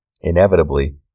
inevitably